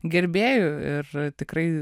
gerbėjų ir tikrai